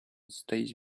stage